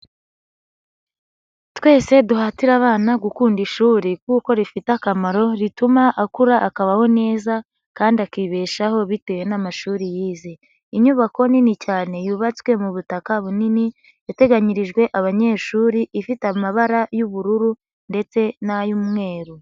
Twese duhatire abana gukunda ishuri kuko rifite akamaro, rituma akura akabaho neza kandi akibeshaho bitewe n'amashuri yize. Inyubako nini cyane yubatswe mu butaka bunini, yateganyirijwe abanyeshuri, ifite amabara y'ubururu ndetse n'ay'umweru.